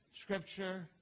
scripture